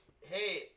Hey